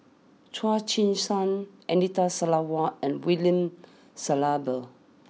Chu Chee Seng Anita Sarawak and William Shellabear